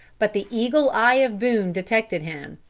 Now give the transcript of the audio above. but the eagle eye of boone detected him,